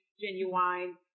Genuine